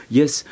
Yes